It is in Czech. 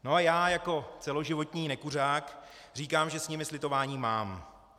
No a já jako celoživotní nekuřák říkám, že s nimi slitování mám.